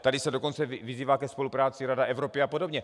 Tady se dokonce vyzývá ke spolupráci Rada Evropy apod.